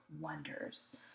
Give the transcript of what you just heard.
wonders